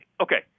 okay